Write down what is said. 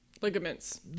ligaments